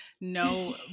no